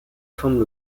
forment